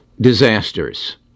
disasters